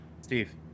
Steve